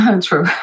True